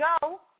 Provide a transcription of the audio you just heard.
go